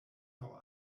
laŭ